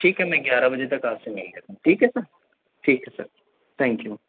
ٹھیک ہے میں گیارہ بجے تک آپ سے مل لیتا ہوں ٹھیک ہے سر ٹھیک ہے سر تھینک یو